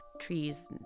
trees